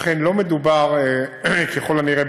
לכן לא מדובר, ככל הנראה,